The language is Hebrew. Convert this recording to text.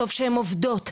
טוב שהן עובדות,